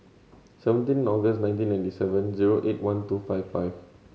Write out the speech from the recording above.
seventeen August nineteen ninety seven zero eight one two five five